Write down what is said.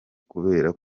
kubera